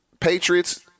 Patriots